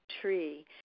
tree